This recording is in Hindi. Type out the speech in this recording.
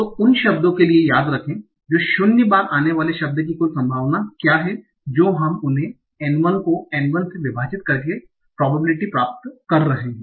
तो उन शब्दों के लिए याद रखें जो शून्य बार आने वाले शब्द की कुल संभावना क्या है जो हम उन्हें N1 को N से विभाजित करके संभावना प्राप्त कर रहे हैं